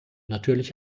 natürlich